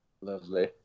Lovely